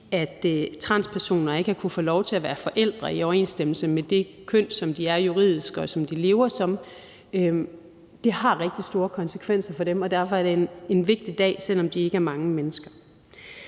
transpersoner ikke har kunnet få lov til at være forældre i overensstemmelse med det køn, som de er juridisk, og som de lever som. Det har rigtig store konsekvenser for dem, og derfor er det en vigtig dag, selv om de ikke er mange mennesker.